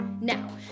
now